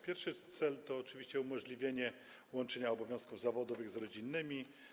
Pierwszy cel to oczywiście umożliwienie łączenia obowiązków zawodowych z rodzinnymi.